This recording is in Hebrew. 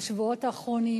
בשבועות האחרונים,